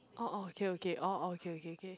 oh oh okay okay oh oh okay okay okay